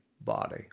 body